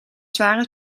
zware